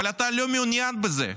אבל אתה לא מעוניין בזה,